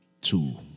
Two